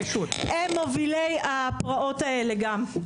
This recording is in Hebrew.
הם מובילי הפרעות האלה גם.